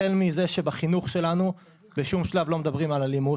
החל מזה שבחינוך שלנו בשום שלב לא מדברים על אלימות,